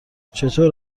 چطور